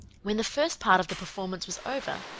when the first part of the performance was over,